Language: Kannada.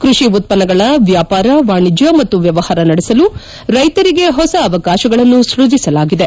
ಕೃಷಿ ಉತ್ತನ್ನಗಳ ವ್ಲಾಪಾರ ವಾಣಿಜ್ಯ ಮತ್ತು ವ್ಲವಹಾರ ನಡೆಸಲು ರೈತರಿಗೆ ಹೊಸ ಅವಕಾಶಗಳನ್ನು ಸೃಜಿಸಲಾಗಿದೆ